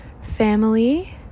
family